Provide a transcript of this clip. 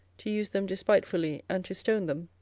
to use them despitefully, and to stone them,